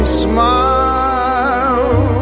smile